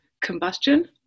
combustion